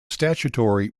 statutory